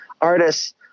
artists